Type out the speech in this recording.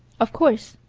of course,